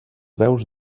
veus